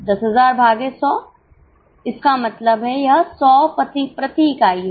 10000 भागे 100 इसका मतलब है कि यह 100 प्रति इकाई है